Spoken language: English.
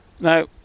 Now